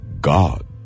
God